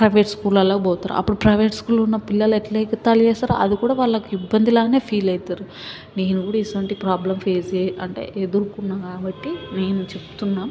private స్కూల్లలోకి పోతారు అప్పుడు ప్రైవేట్ స్కూల్లో ఉన్న పిల్లలు ఎట్లా ఎగతాళి చేస్తారు అది కూడా వాళ్ళకి ఇబ్బందిలానే ఫీల్ అవుతారు నేను కూడా ఇటువంటి ప్రొబ్లెమ్ ఫేస్ చే అంటే ఎదుర్కున్న కాబ్బటి నేను చెప్తున్నా